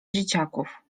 dzieciaków